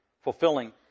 fulfilling